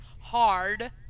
hard